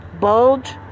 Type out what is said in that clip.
bulge